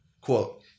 Quote